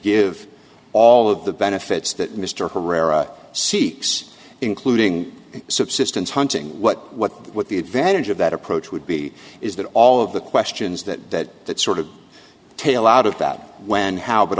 give all of the benefits that mr herrera seeks including subsistence hunting what what that what the advantage of that approach would be is that all of the questions that that sort of tale out of that when how but